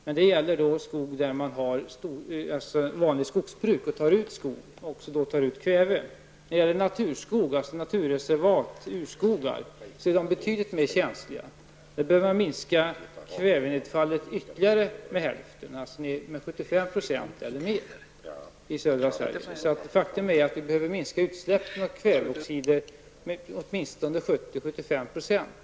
Men det gäller skog där man har vanligt skogsbruk och tar ut skog och då också tar ut kväve. Naturskog -- naturreservat, urskogar -- är betydligt mer känsliga. Där bör man minska kvävenedfallet ytterligare med hälften, alltså med 75 % eller mer i södra Sverige. Faktum är alltså att vi behöver minska utsläppen av kväveoxider med åtminstone 70--75 %.